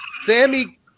Sammy